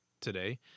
today